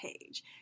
page